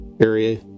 area